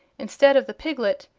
instead of the piglet,